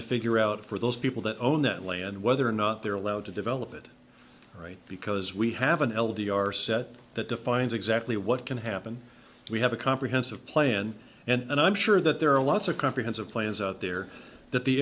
to figure out for those people that own that land whether or not they're allowed to develop it right because we have an l d r set that defines exactly what can happen we have a comprehensive plan and i'm sure that there are lots of comprehensive plans out there that the